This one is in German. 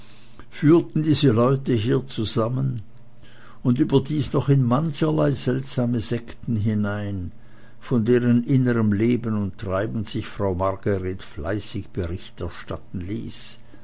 führten diese leute hier zusammen und überdies noch in mancherlei seltsame sekten hinein von deren innerm leben und treiben sich frau margret fleißig bericht erstatten ließ